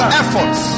efforts